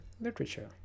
literature